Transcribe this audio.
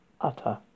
Utter